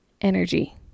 energy